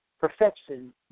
Perfection